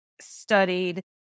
studied